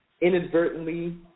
inadvertently